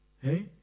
Hey